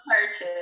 purchase